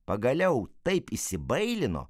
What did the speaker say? pagaliau taip įsibailino